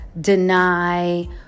deny